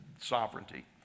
sovereignty